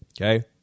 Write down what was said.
Okay